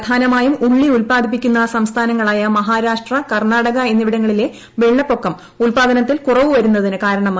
പ്രധാനമായും കേന്ദ്ര ഉള്ളി ഉൽപാദിപ്പിക്കുന്ന സംസ്ഥാനങ്ങളായ മഹാരാഷ്ട്ര കർണ്ണാടക എന്നിവിടങ്ങളിലെ വെള്ളപ്പൊക്കം ഉൽപ്പാദനത്തിൽ കുറവ് വരുന്നതിന് കാരണമായി